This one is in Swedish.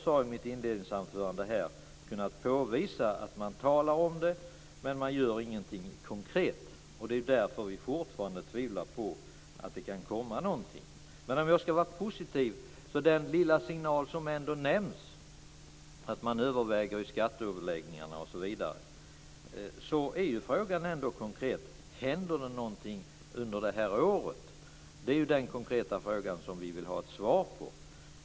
I mitt inledningsanförande sade jag att det har kunnat påvisas att man talar om det, men man gör ingenting konkret. Det är därför vi fortfarande tvivlar på att det kan komma någonting. Men om jag skall vara positiv vill jag nämna den lilla signal som kommer om att man överväger i skatteöverläggningarna osv. Den konkreta frågan är ändå: Händer det någonting under det här året? Det är den konkreta frågan som vi vill ha ett svar på.